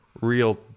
real